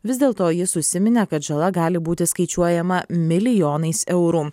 vis dėlto jis užsiminė kad žala gali būti skaičiuojama milijonais eurų